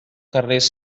carrers